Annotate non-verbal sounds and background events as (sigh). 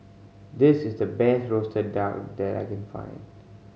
this is the best roasted duck (unintelligible) that I can find